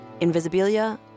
Invisibilia